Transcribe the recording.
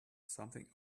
something